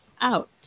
out